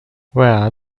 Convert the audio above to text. where